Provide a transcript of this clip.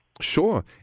Sure